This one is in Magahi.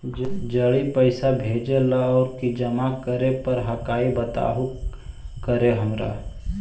जड़ी पैसा भेजे ला और की जमा करे पर हक्काई बताहु करने हमारा?